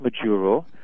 Maduro